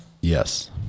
yes